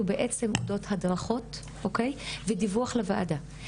הוא בעצם הדרכות ודיווח לוועדה.